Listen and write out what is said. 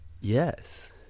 Yes